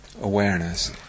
awareness